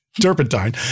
turpentine